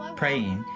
um praying,